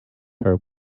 her